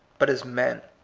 but as men?